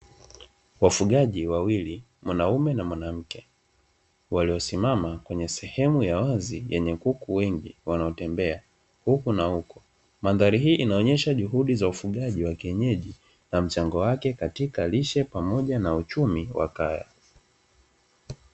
Wafugaji wawili, mwanamume na mwanamke waliosimama kwenye sehemu ya wazi yenye kuku wengi wanaotembea huku na huko. Mandhari hii inaonesha juhudi za ufugaji wa kienyeji na mchango wake katika lishe pamoja na uchumi wa kaya.